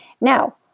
Now